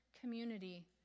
community